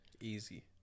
Easy